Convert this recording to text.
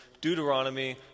Deuteronomy